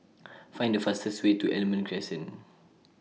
Find The fastest Way to Almond Crescent